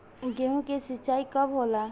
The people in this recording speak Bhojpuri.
गेहूं के सिंचाई कब होला?